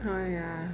oh ya